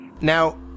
Now